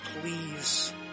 please